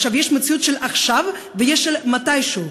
עכשיו יש מציאות של עכשיו ויש של מתישהו.